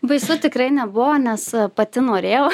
baisu tikrai nebuvo nes pati norėjau